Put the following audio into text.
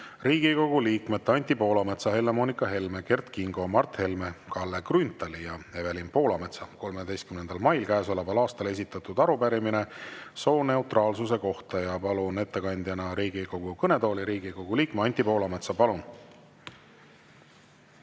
Riigikogu liikmete Anti Poolametsa, Helle-Moonika Helme, Kert Kingo, Mart Helme, Kalle Grünthali ja Evelin Poolametsa 13. mail käesoleval aastal esitatud arupärimine sooneutraalsuse kohta. Palun ettekandjana Riigikogu kõnetooli Riigikogu liikme Anti Poolametsa. Palun!